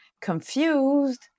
confused